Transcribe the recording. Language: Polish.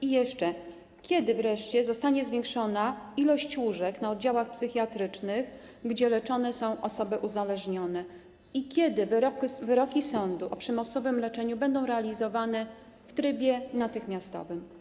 I, jeszcze, kiedy wreszcie zostanie zwiększona liczba łóżek na oddziałach psychiatrycznych, gdzie leczone są osoby uzależnione i kiedy wyroki sądu o przymusowym leczeniu będą realizowane w trybie natychmiastowym?